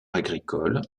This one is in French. agricole